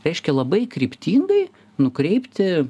reiškia labai kryptingai nukreipti